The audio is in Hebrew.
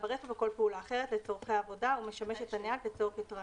אחרת לצרכי עבודה ומשמש את הנהג לצורך התרעננות,"